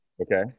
Okay